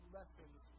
Lessons